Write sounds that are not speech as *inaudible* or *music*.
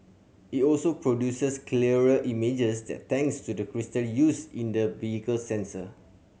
it also produces clearer images *unintelligible* thanks to the crystal used in the vehicle's sensor